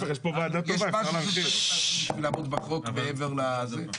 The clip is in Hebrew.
יש משהו שהוא צריך לעשות כדי לעמוד בחוק מעבר לזה?